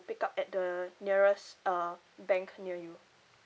pick up at the nearest uh bank near you